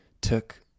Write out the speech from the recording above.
took